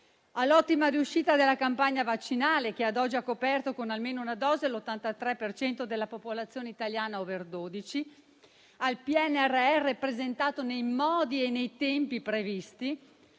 all'ottima riuscita della campagna vaccinale - ad oggi ha coperto con almeno una dose l'83 per cento della popolazione italiana *over* 12 - al PNRR presentato nei modi e nei tempi previsti;